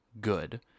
good